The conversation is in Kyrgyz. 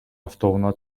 автоунаа